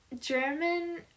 German